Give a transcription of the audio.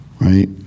right